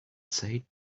said